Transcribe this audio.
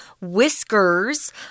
whiskers